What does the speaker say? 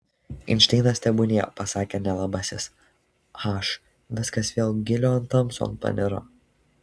einšteinas tebūnie pasakė nelabasis h viskas vėl gilion tamson paniro